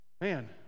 Man